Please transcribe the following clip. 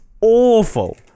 awful